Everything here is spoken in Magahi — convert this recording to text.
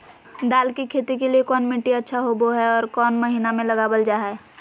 दाल की खेती के लिए कौन मिट्टी अच्छा होबो हाय और कौन महीना में लगाबल जा हाय?